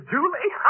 Julie